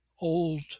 old